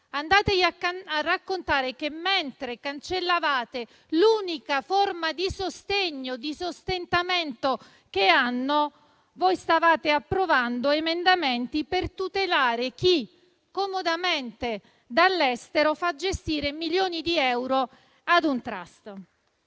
Andate a raccontare loro che, mentre cancellavate l'unica forma di sostegno e di sostentamento che avevano, voi stavate approvando emendamenti per tutelare chi, comodamente dall'estero, fa gestire milioni di euro a un *trust*.